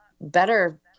better